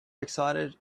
excited